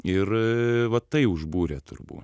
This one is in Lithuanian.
ir va tai užbūrė turbūt